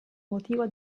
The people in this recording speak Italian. motivo